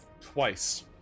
Twice